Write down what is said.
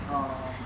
orh